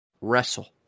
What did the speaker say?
wrestle